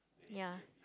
ya